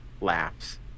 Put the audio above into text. Laughs